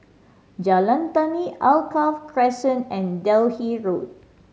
Jalan Tani Alkaff Crescent and Delhi Road